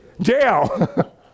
Jail